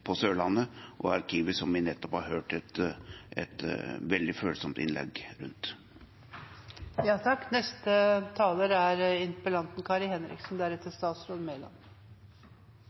på Sørlandet og Arkivet, som vi nettopp har hørt et veldig følsomt innlegg rundt.